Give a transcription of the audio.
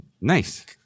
Nice